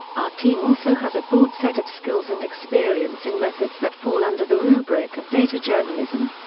our team also has a broad set of skills and experience in methods that fall under the rubric of data journalism.